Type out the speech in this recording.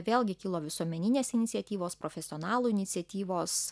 vėlgi kilo visuomeninės iniciatyvos profesionalų iniciatyvos